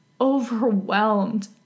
overwhelmed